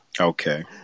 Okay